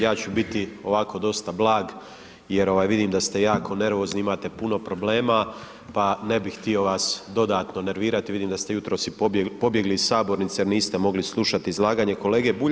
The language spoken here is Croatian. Ja ću biti ovako, dosta blag jer vidim da ste jako nervozni, imate puno problema pa ne bih htio vas dodatno nervirati, vidim da ste jutros i pobjegli iz sabornice, niste mogli slušati izlaganje kolege Bulja.